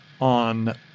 on